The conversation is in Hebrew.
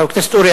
חבר הכנסת אורי